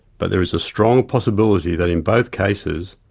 but there is a strong possibility that in both cases,